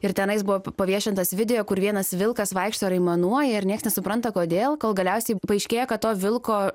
ir tenai buvo paviešintas video kur vienas vilkas vaikšto ir aimanuoja ir nieks nesupranta kodėl kol galiausiai paaiškėja kad to vilko